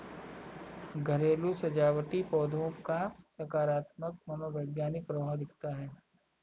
घरेलू सजावटी पौधों का सकारात्मक मनोवैज्ञानिक प्रभाव दिखता है